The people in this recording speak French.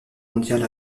mondiale